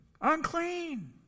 Unclean